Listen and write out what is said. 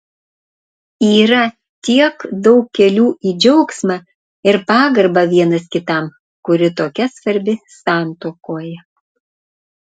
yra tiek daug kelių į džiaugsmą ir pagarbą vienas kitam kuri tokia svarbi santuokoje